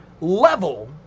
level